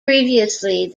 previously